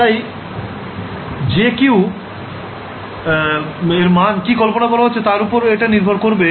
তাই jq এর মাণ কি কল্পনা করা হচ্ছে টার ওপর এটা নির্ভর করবে